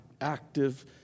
active